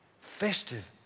Festive